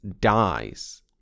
dies